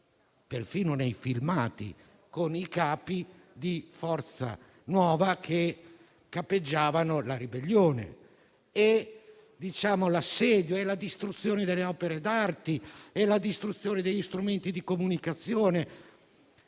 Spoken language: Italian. perfino nei filmati, con i capi di Forza Nuova che guidavano la ribellione, l'assedio e la distruzione delle opere d'arte e degli strumenti di comunicazione.